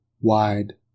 wide